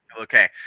Okay